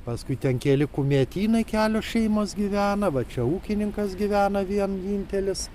paskui ten keli kumetynai kelios šeimos gyvena va čia ūkininkas gyvena vien vienintelis